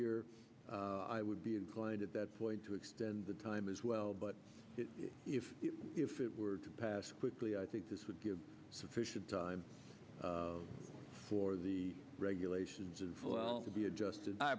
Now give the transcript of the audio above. year i would be inclined at that point to extend the time as well but if if it were to pass quickly i think this would give sufficient time for the regulations of well to be adjusted i